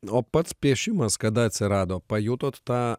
o pats piešimas kada atsirado pajutot tą